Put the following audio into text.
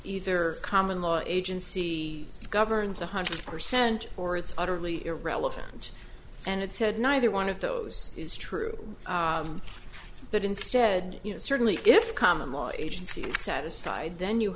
either common law agency governs one hundred percent or it's utterly irrelevant and it said neither one of those is true but instead you know certainly if the common law agency satisfied then you